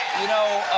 you know,